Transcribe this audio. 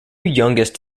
youngest